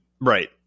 Right